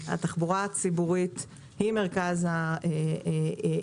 התחבורה הציבורית היא מרכז העיסוק